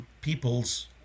people's